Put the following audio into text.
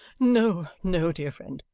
no, no, dear friend,